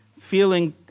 feeling